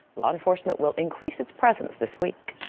law enforcement will increase its presence this week.